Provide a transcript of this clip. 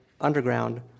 underground